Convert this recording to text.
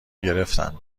گرفتن